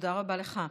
תודה רבה לך.